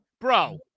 bro